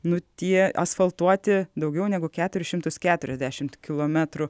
nutie asfaltuoti daugiau negu keturis šimtus keturiasdešimt kilometrų